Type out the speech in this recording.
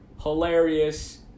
Hilarious